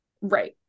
Right